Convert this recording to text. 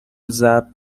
ضرب